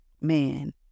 man